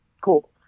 Cool